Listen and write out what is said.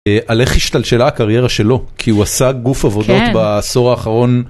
על איך השתלשלה הקריירה שלו. כן. כי הוא עשה גוף עבודות בעשור האחרון...